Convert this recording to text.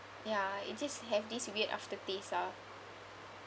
ya it just have this weird aftertaste ah